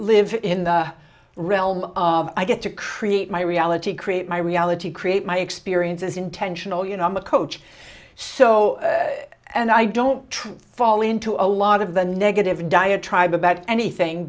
live in the realm of i get to create my reality create my reality create my experiences intentional you know i'm a coach so and i don't try fall into a lot of the negative diatribe about anything